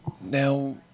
Now